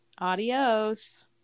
Adios